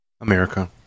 America